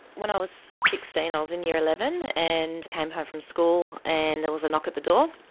when i was sixteen i was in year eleven, and came home from school and there was a knock at the door,